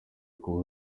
kuba